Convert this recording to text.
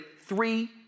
three